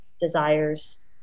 desires